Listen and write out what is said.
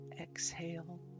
exhale